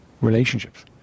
Relationships